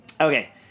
okay